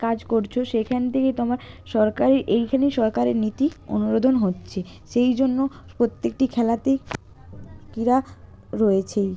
কাজ করছ সেখান থেকে তোমার সরকারি এইখানে সরকারি নীতি অনুমোদন হচ্ছে সেই জন্য প্রত্যেকটি খেলাতেই ক্রীড়া রয়েছেই